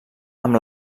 amb